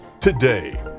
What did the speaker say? today